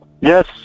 Yes